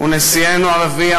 ונשיאנו הרביעי,